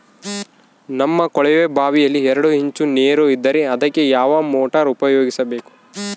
ನಮ್ಮ ಕೊಳವೆಬಾವಿಯಲ್ಲಿ ಎರಡು ಇಂಚು ನೇರು ಇದ್ದರೆ ಅದಕ್ಕೆ ಯಾವ ಮೋಟಾರ್ ಉಪಯೋಗಿಸಬೇಕು?